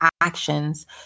actions